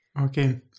okay